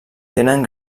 tenen